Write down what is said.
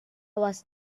was